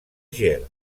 ger